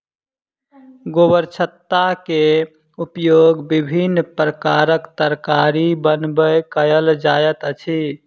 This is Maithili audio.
गोबरछत्ता के उपयोग विभिन्न प्रकारक तरकारी बनबय कयल जाइत अछि